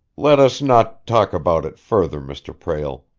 let us not talk about it further, mr. prale,